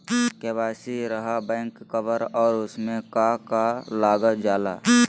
KYC रहा back cover और उसमें का का लागल जाला?